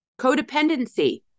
Codependency